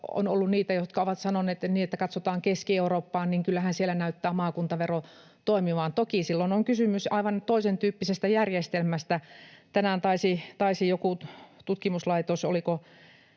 on ollut niitä, jotka ovat sanoneet, että katsotaan Keski-Eurooppaan, niin kyllähän siellä näyttää maakuntavero toimivan. Toki silloin on kysymys aivan toisen tyyppisestä järjestelmästä. Tänään taisi joku tutkimuslaitos, oliko